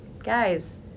guys